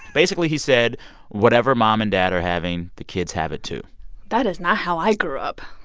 basically he said whatever mom and dad are having, the kids have it, too that is not how i grew up